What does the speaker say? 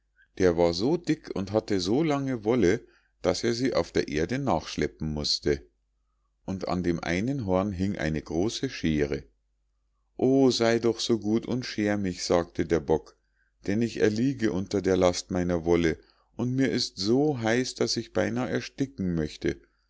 der war so dick und hatte so lange wolle daß er sie auf der erde nachschleppen mußte und an dem einen horn hing eine große schere o sei doch so gut und scher mich sagte der bock denn ich erliege unter der last meiner wolle und mir ist so heiß daß ich beinahe ersticken möchte